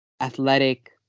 athletic